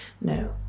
No